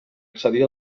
accedir